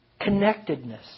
connectedness